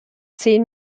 zehn